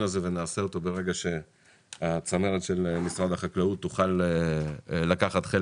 הזה ונעשה אותו ברגע שהצמרת של משרד החקלאות תוכל לקחת חלק